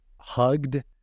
hugged